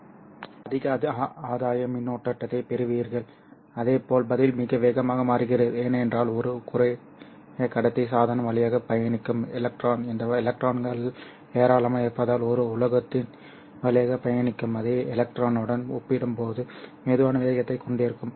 எனவே நீங்கள் அதிக ஆதாய மின்னோட்டத்தைப் பெறுகிறீர்கள் அதேபோல் பதில் மிக வேகமாக மாறுகிறது ஏனென்றால் ஒரு குறைக்கடத்தி சாதனம் வழியாக பயணிக்கும் எலக்ட்ரான் இந்த எலக்ட்ரான்கள் ஏராளமாக இருப்பதால் ஒரு உலோகத்தின் வழியாக பயணிக்கும் அதே எலக்ட்ரானுடன் ஒப்பிடும்போது மெதுவான வேகத்தைக் கொண்டிருக்கும்